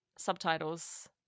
subtitles